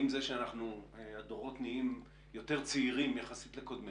עם זה שהדורות נהיים יותר צעירים יחסית לקודמיהם,